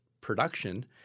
production